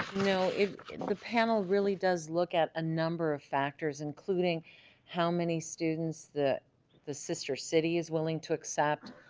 know the panel really does look at a number of factors including how many students the the sister city is willing to accept?